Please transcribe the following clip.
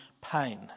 pain